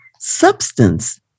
substance